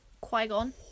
Qui-Gon